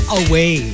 away